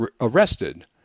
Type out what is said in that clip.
arrested